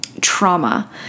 trauma